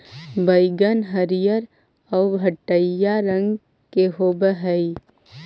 बइगन हरियर आउ भँटईआ रंग के होब हई